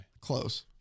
close